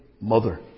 mother